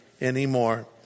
anymore